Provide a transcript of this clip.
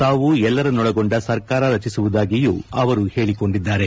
ತಾವು ಎಲ್ಲರನ್ನೊಳಗೊಂಡ ಸರ್ಕಾರ ರಚಿಸುವುದಾಗಿಯೂ ಹೇಳಿಕೊಂಡಿದ್ದಾರೆ